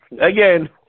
again